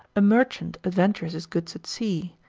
a merchant adventures his goods at sea,